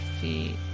feet